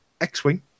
X-Wing